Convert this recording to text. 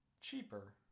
cheaper